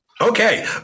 Okay